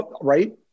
Right